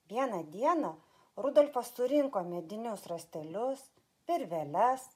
vieną dieną rudolfas surinko medinius rąstelius virveles